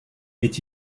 est